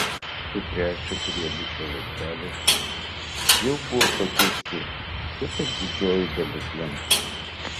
sutręšę priebučio laipteliai jau buvo pakeisti kaip ir didžioji dalis lentų